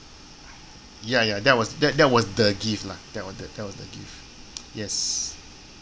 ya ya that was that that was the gift lah that was the that was the gift yes